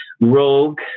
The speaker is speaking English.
rogue